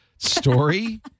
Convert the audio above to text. Story